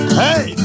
hey